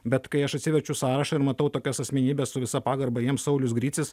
bet kai aš atsiverčiu sąrašą ir matau tokias asmenybes su visa pagarba jiems saulius gricius